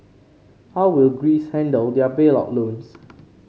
how will Greece handle their bailout loans